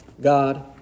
God